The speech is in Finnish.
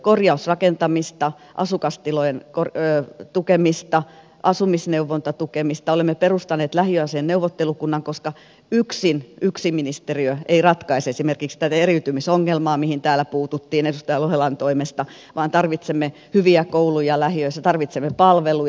korjausrakentamista asukastilojen tukemista asumisneuvontatukemista olemme perustaneet lähiöasiain neuvottelukunnan koska yksin yksi ministeriö ei ratkaise esimerkiksi tätä eriytymisongelmaa mihin täällä puututtiin edustaja lohelan toimesta vaan tarvitsemme hyviä kouluja lähiöissä tarvitsemme palveluja